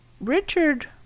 Richard